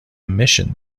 mission